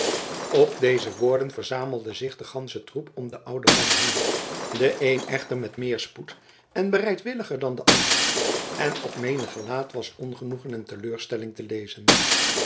op deze woorden verzamelde zich de gansche troep om den ouden man heen de een echter met meer spoed en bereidwilliger dan de andere en op menig gelaat was ongenoegen en teleurstelling te lezen